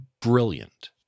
brilliant